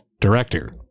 director